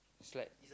it's like